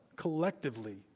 collectively